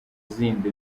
zindi